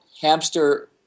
hamster